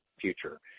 future